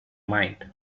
mind